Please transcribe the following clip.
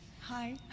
Hi